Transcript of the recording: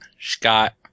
Scott